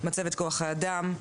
מצבת כוח האדם,